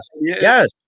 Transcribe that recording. yes